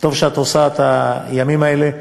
טוב שאת עושה את הימים האלה.